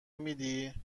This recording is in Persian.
میدی